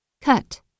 cut